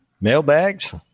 mailbags